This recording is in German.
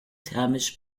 thermisch